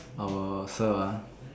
our sir ah